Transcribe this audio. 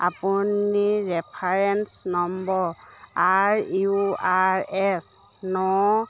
আপুনি reference number R U R S ন